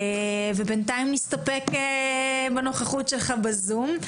בינתיים נסתפק בנוכחות שלך בזום.